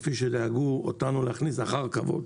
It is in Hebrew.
כפי שדאגו להכניס אותנו אחר כבוד.